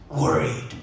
worried